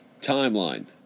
timeline